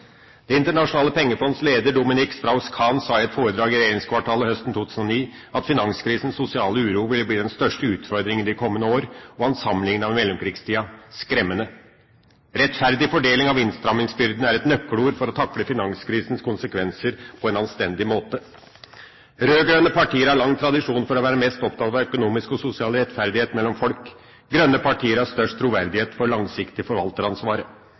Det internasjonale pengefondets leder, Dominique Strauss-Kahn, sa i et foredrag i regjeringskvartalet høsten 2009 at finanskrisens sosiale uro ville bli den største utfordringen de kommende år, og han sammenliknet med mellomkrigstida – skremmende! Rettferdig fordeling av innstrammingsbyrden er et nøkkelord for å takle finanskrisens konsekvenser på en anstendig måte. Rød-grønne partier har lang tradisjon for å være mest opptatt av økonomisk og sosial rettferdighet mellom folk. Grønne partier har størst troverdighet på det langsiktige forvalteransvaret.